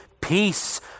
peace